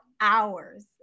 hours